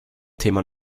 thema